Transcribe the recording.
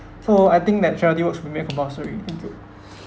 so I think that charity work should be made compulsory